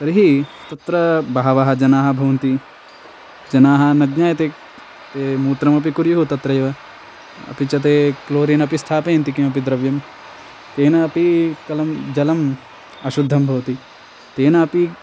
तर्हि तत्र बहवः जनाः भवन्ति जनाः न ज्ञायते ते मूत्रमपि कुर्युः तत्रैव अपि च ते क्लोरिनपि स्थापयन्ति किमपि द्रव्यं तेनापि कलं जलम् अशुद्धं भवति तेनापि